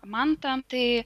mantą tai